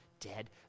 dead